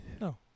No